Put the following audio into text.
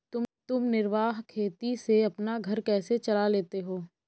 तुम निर्वाह खेती से अपना घर कैसे चला लेते हो?